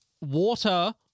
Water